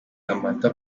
amata